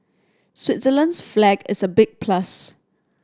Switzerland's flag is a big plus